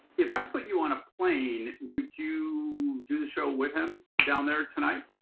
if i put you on a plane would you do the show with him down there tonight?